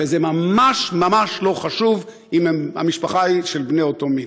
וזה ממש ממש לא חשוב אם המשפחה היא של בני אותו מין.